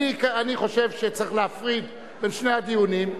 אני חושב שצריך להפריד בין שני הדיונים.